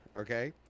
Okay